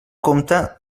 compte